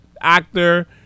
actor